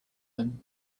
them